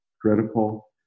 critical